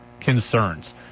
concerns